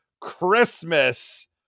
Christmas